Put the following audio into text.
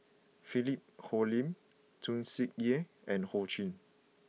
Philip Hoalim Tsung Yeh and Ho Ching